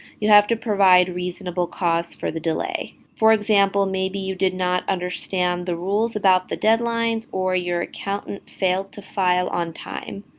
you have to provide reasonable cause for the delay. for example, maybe you did not understand the rules about the deadlines or your accountant failed to file on time.